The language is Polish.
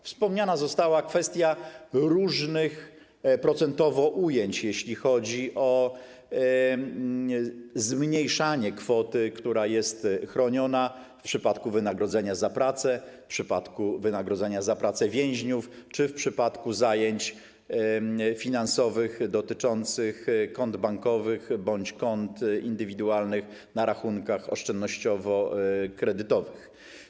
Wspomniana została kwestia różnych procentowo ujęć, jeśli chodzi o zmniejszanie kwoty, która jest chroniona w przypadku wynagrodzenia za pracę, w przypadku wynagrodzenia za pracę więźniów czy w przypadku zajęć finansowych dotyczących kont bankowych bądź kont indywidualnych na rachunkach oszczędnościowo-kredytowych.